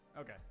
Okay